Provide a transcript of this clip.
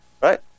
right